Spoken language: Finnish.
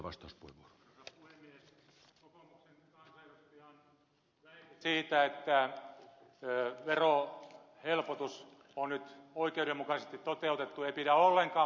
kokoomuksen kansanedustajan väite siitä että verohelpotus on nyt oikeudenmukaisesti toteutettu ei pidä ollenkaan paikkaansa